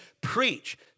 preach